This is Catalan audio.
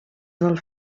del